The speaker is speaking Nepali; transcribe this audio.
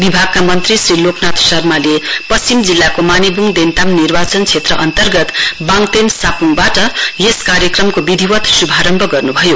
विभागका मन्त्री श्री लोकनाथ शर्माले पश्चिम जिल्लाको मानेब्ङ देन्ताम निर्वाचन क्षेत्र अन्तर्गत बाङतेन सापुङबाट यस कार्यक्रमको विधिवित शुभारम्भ गर्नुभयो